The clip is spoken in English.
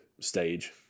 stage